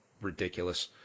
ridiculous